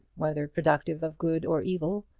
whether productive of good or evil,